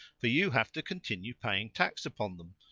for you have to continue paying tax upon them,